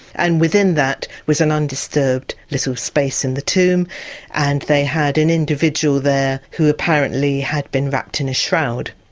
and within that was an undisturbed little space in the tomb and they had an individual there who apparently had been wrapped in a shroud.